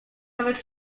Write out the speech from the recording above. nawet